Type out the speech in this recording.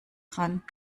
dran